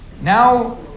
now